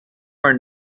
are